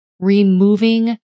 removing